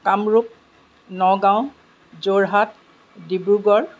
Kamrup Nagaon Jorhat Dibrugarh